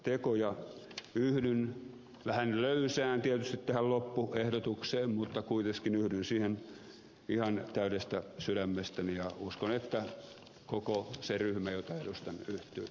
yhdyn tähän tietysti vähän löysään loppuehdotukseen mutta kuitenkin yhdyn siihen ihan täydestä sydämestäni ja uskon että koko se ryhmä jota edustan yhtyy tähän